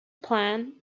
plan